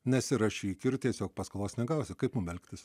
nesirašyk ir tiesiog paskolos negausi kaip mum elgtis